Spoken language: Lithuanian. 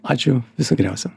ačiū viso geriausio